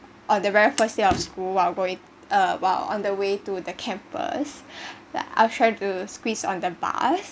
on the very first day of school while going uh while on the way to the campus that I've tried to squeeze on the bus